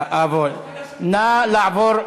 נא לעבור להצבעה.